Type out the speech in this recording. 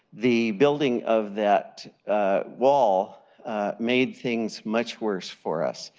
the building of that law made things much worse for us.